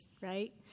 right